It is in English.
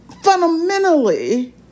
fundamentally